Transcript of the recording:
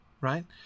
right